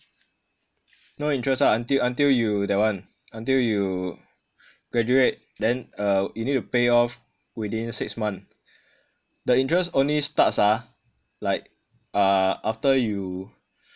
no interest lah until until you that [one] until you graduate then uh you need to pay off within six month the interest only starts ah like uh after you